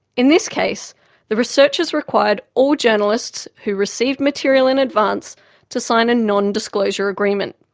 in this case the researchers required all journalists who received material in advance to sign a nondisclosure agreement.